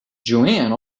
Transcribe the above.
joanne